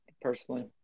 personally